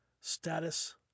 Status